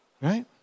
right